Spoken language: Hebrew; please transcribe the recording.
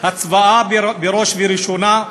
הצוואה בראש ובראשונה,